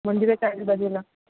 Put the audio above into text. मंदिराच्या आजूबाजूला